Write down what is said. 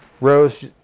Rose